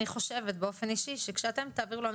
אני חושבת באופן אישי שכשאתם תעבירו לנו